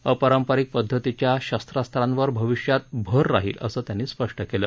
अपारंपारिक पद्धतीच्या शस्त्रास्त्रांवर भाविष्यात भर राहील असं त्यांनी स्पष्ट केलं